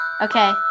Okay